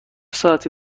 ساعتی